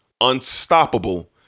unstoppable